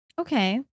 okay